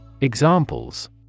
Examples